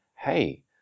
hey